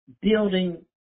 building